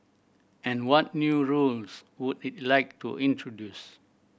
and what new rules would it like to introduce